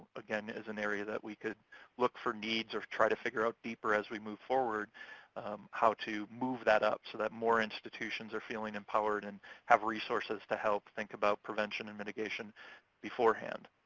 again, is an area that we could look for needs or try to figure out deeper as we move forward how to move that up so that more institutions are feeling empowered and have resources to help think about prevention and mitigation beforehand.